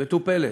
מטופלת.